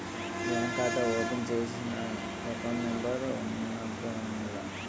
bank ఖాతా open చేసినాను account number ఉన్నాద్దాన్ల